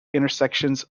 intersections